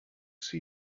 see